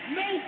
no